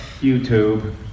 YouTube